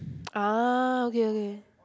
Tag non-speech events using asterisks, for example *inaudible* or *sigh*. *breath* ah okay okay